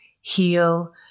heal